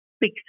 big